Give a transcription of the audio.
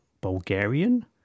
Bulgarian